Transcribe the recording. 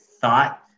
thought